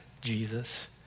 Jesus